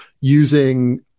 using